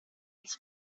its